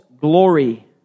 glory